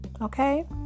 Okay